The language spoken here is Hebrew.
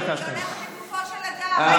לגופו של אדם.